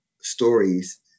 stories